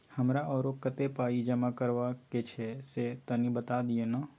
हमरा आरो कत्ते पाई जमा करबा के छै से तनी बता दिय न?